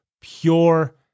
pure